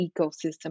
ecosystem